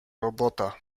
robota